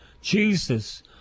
Jesus